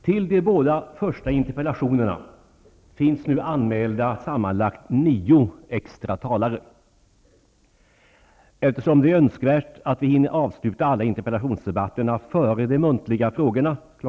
Till de båda första interpellationerna finns nu anmälda sammanlagt nio extra talare. Eftersom det är önskvärt att vi hinner avsluta alla interpellationsdebatterna före de muntliga frågorna kl.